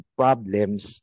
problems